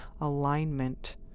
alignment